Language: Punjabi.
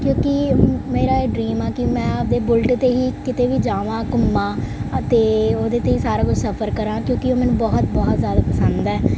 ਕਿਉਂਕਿ ਮੇਰਾ ਇਹ ਡਰੀਮ ਆ ਕਿ ਮੈਂ ਆਪਣੇ ਬੁਲਟ 'ਤੇ ਹੀ ਕਿਤੇ ਵੀ ਜਾਵਾਂ ਘੁੰਮਾ ਅਤੇ ਉਹਦੇ 'ਤੇ ਹੀ ਸਾਰਾ ਕੁਝ ਸਫ਼ਰ ਕਰਾਂ ਕਿਉਂਕਿ ਉਹ ਮੈਨੂੰ ਬਹੁਤ ਬਹੁਤ ਜ਼ਿਆਦਾ ਪਸੰਦ ਹੈ